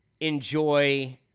enjoy